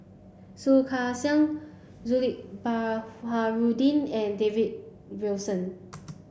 Soh Kay Siang Baharudin and David Wilson